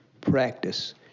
practice